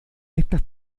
estas